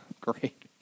great